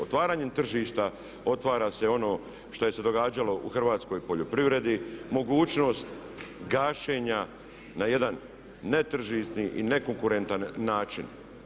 Otvaranjem tržišta otvara se ono što je se događalo u hrvatskoj poljoprivredi, mogućnost gašenja na jedan netržišni i nekonkurentan način.